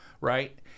right